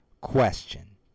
question